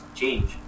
change